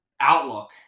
outlook